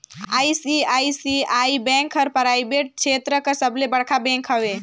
ICICI bank हर private छेत्र कर सबले बड़खा बेंक हवे